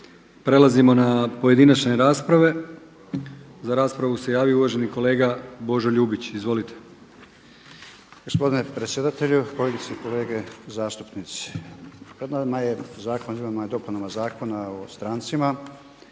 Prelazimo na pojedinačne rasprave. Za raspravu se javio uvaženi kolega Božo Ljubić. Izvolite.